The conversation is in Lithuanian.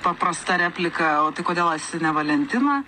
paprasta replika o tai kodėl esi ne valentina